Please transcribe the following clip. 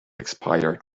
expired